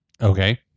Okay